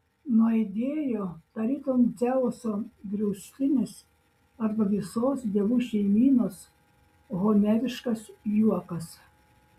nuaidėjo tarytum dzeuso griaustinis arba visos dievų šeimynos homeriškas juokas